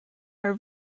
are